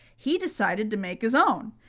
he decided to make his own.